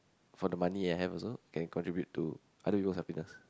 for the money I have also can contribute to other people's happiness